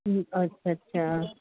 हूं अच्छा अच्छा